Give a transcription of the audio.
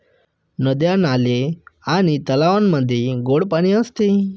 नद्या, नाले आणि तलावांमध्ये गोड पाणी असते